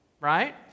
right